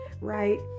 right